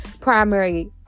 primary